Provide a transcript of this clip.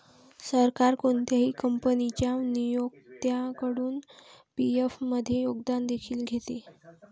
सरकार कोणत्याही कंपनीच्या नियोक्त्याकडून पी.एफ मध्ये योगदान देखील घेते